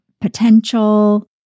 potential